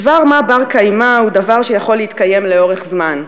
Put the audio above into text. דבר מה בר-קיימא הוא דבר שיכול להתקיים לאורך זמן,